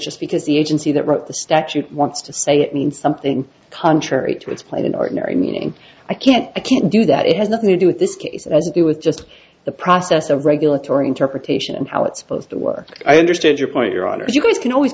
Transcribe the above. just because the agency that wrote the statute wants to say it means something contrary to it's plain ordinary meaning i can't i can't do that it has nothing to do with this case as you do with just the process of regulatory interpretation and how it's supposed to work i understand your point your honor you guys can always